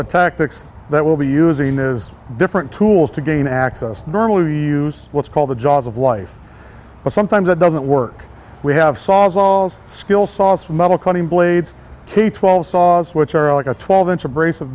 the tactics that will be using those different tools to gain access normally to use what's called the jaws of life but sometimes it doesn't work we have saws all skill soft metal cutting blades k twelve saws which are like a twelve inch abrasive